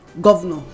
governor